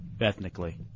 ethnically